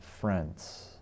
friends